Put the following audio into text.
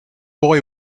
boy